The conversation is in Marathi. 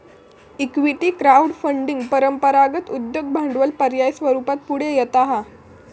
इक्विटी क्राउड फंडिंग परंपरागत उद्योग भांडवल पर्याय स्वरूपात पुढे येता हा